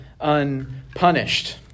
unpunished